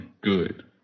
good